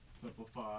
Simplify